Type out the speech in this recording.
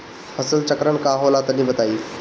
फसल चक्रण का होला तनि बताई?